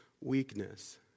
weakness